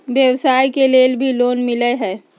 व्यवसाय के लेल भी लोन मिलहई?